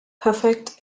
perfect